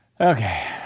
Okay